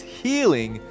healing